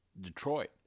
Detroit